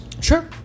Sure